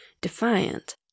defiant